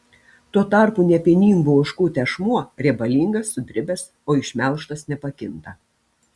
tuo tarpu nepieningų ožkų tešmuo riebalingas sudribęs o išmelžtas nepakinta